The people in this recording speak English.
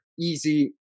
easy